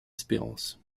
espérance